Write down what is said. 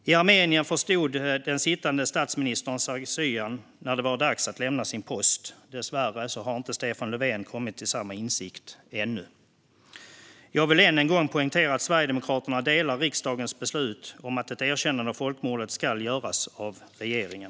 I Armenien förstod den sittande statministern Sargsyan när det var dags att lämna sin post. Dessvärre har inte Stefan Löfven kommit till samma insikt ännu. Jag vill än en gång poängtera att Sverigedemokraterna delar riksdagens beslut om att ett erkännande av folkmordet ska göras av regeringen.